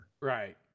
Right